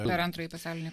per antrąjį pasaulinį